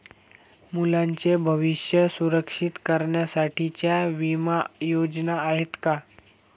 मुलांचे भविष्य सुरक्षित करण्यासाठीच्या विमा योजना आहेत का?